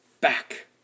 back